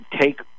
take